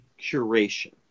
curation